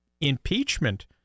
impeachment